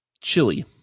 chili